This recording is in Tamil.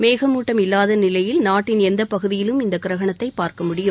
மேகமூட்டம் இல்லாத நிலையில் நாட்டின் எந்த பகுதியிலும் இந்த கிரகணத்தை பார்க்க முடியும்